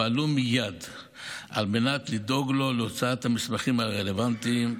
פעלו מייד על מנת לדאוג לו להוצאת המסמכים הרלוונטיים,